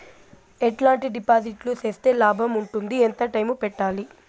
ఎట్లాంటి డిపాజిట్లు సేస్తే లాభం ఉంటుంది? ఎంత టైము పెట్టాలి?